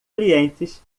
clientes